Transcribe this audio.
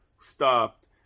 stopped